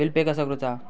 Bill pay कसा करुचा?